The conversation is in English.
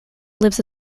lives